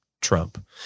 Trump